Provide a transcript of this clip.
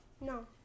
No